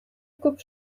күп